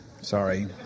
Sorry